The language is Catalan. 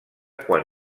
quan